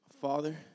Father